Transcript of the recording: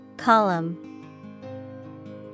Column